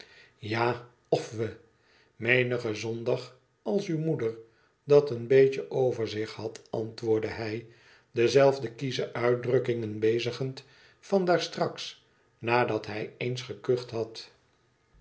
ja f we menigen zondag als uwe moeder dat een beetje over zich had antwoordde hïj dezelfde kiesche uitdrukkingen bezigend van daar straks nadat hij eens gekucht had